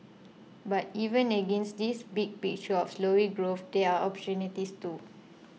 but even against this big picture of slowing growth there are opportunities too